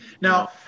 Now